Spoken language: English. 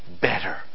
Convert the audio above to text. Better